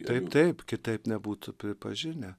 taip taip kitaip nebūtų pripažinę